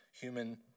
human